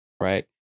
right